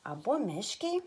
abu meškiai